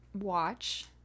watch